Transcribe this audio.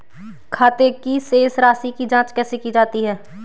खाते की शेष राशी की जांच कैसे की जाती है?